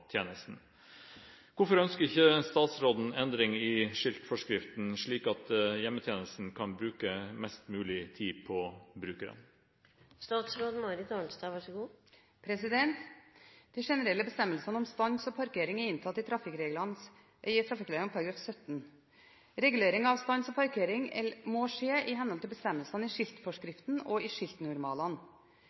tjenesten. Hvorfor ønsker ikke statsråden endring i skiltforskriften, slik at hjemmetjenesten kan bruke mest mulig tid på brukerne?» De generelle bestemmelsene om stans og parkering er inntatt i trafikkreglene § 17. Regulering av stans og parkering må skje i henhold til bestemmelsene i skiltforskriften og skiltnormalene.